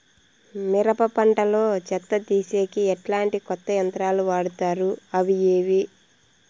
మిరప పంట లో చెత్త తీసేకి ఎట్లాంటి కొత్త యంత్రాలు వాడుతారు అవి ఏవి?